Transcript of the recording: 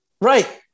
right